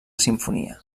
simfonia